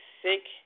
sick